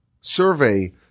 survey